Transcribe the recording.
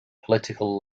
political